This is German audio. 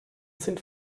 sind